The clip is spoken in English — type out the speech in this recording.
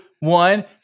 One